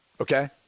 Okay